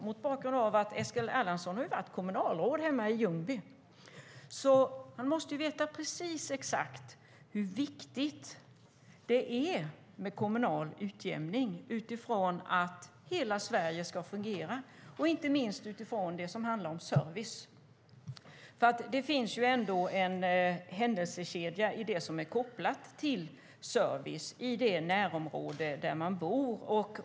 Mot bakgrund av att Eskil Erlandsson har varit kommunalråd hemma i Ljungby måste han veta precis exakt hur viktigt det är med kommunal utjämning för att hela Sverige ska fungera, inte minst när det handlar om service. Det finns en händelsekedja i det som är kopplat till service i det närområde där man bor.